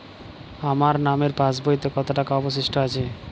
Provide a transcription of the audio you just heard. আমার নামের পাসবইতে কত টাকা অবশিষ্ট আছে?